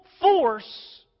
force